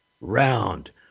round